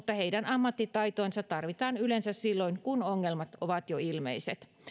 mutta heidän ammattitaitoansa tarvitaan yleensä silloin kun ongelmat ovat jo ilmeiset